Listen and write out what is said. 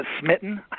smitten